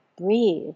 breathe